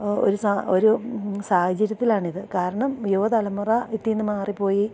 ഒരു ഒരു സാഹചര്യത്തിലാണിത് കാരണം യുവതലമുറ ഇതില്നിന്ന് മാറിപ്പോയി